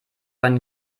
ein